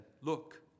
Look